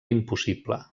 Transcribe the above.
impossible